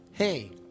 Hey